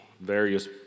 various